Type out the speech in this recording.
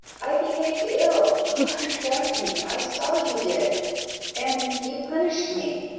i behaved ill you condemned me i saw you did and you punished me.